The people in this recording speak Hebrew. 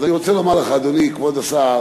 אז אני רוצה לומר לך, אדוני כבוד השר,